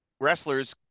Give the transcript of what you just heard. wrestlers